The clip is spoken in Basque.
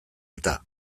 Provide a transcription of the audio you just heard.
eta